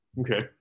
Okay